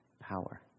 power